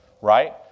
right